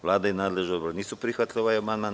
Vlada i nadležni odbor nisu prihvatili ovaj amandman.